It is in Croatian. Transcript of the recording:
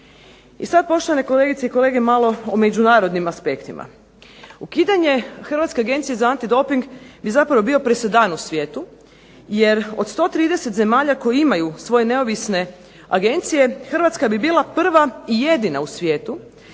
I sad poštovane kolegice i kolege malo o međunarodnim aspektima. Ukidanje Hrvatske agencije za antidoping bi zapravo bio presedan u svijetu jer od 130 zemalja koje imaju svoje neovisne agencije Hrvatska bi bila prva i jedina u svijetu